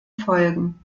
folgen